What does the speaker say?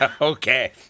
Okay